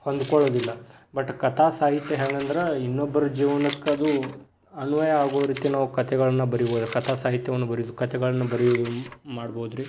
ಹೊಂದಿಕೊಳ್ಳೋದಿಲ್ಲ but ಕಥಾ ಸಾಹಿತ್ಯ ಹೆಂಗಂದ್ರ ಇನ್ನೊಬ್ಬರ ಜೀವ್ನಕ್ಕೆ ಅದು ಅನ್ವಯ ಆಗೋ ರೀತಿ ನಾವು ಕಥೆಗಳನ್ನ ಬರಿಬೋದು ಕಥಾ ಸಾಹಿತ್ಯವನ್ನು ಬರೆದು ಕಥೆಗಳನ್ನು ಬರೆಯುವುದು ಮಾಡ್ಬೋದು ರೀ